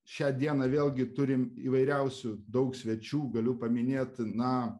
šią dieną vėlgi turim įvairiausių daug svečių galiu paminėt na